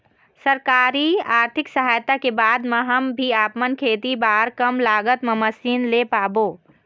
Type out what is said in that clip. सरकारी आरथिक सहायता के बाद मा हम भी आपमन खेती बार कम लागत मा मशीन ले पाबो?